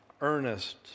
earnest